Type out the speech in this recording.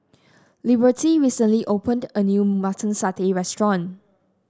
Liberty recently opened a new Mutton Satay restaurant